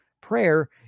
prayer